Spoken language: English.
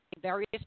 various